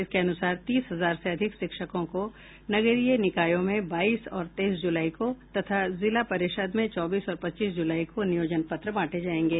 इसके अनुसार तीस हजार से अधिक शिक्षकों को नगरीय निकायों में बाईस और तेईस जुलाई को तथा जिला परिषद में चौबीस और पच्चीस जुलाई को नियोजन पत्र बांटे जायेंगे